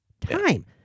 time